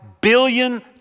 billion